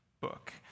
book